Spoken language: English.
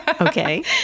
Okay